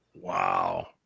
Wow